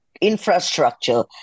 infrastructure